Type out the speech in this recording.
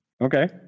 okay